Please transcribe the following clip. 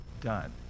done